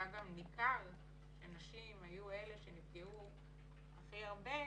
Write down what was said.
גם ניכר שנשים היו אלה שנפגעו הכי הרבה,